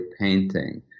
painting